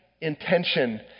intention